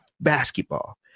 basketball